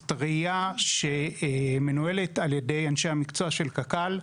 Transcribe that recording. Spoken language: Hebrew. הרעייה שמנוהלת על ידי אנשי המקצוע של קק"ל.